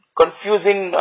confusing